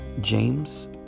James